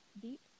deep